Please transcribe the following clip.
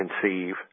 conceive